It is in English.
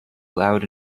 loud